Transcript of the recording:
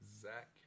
Zach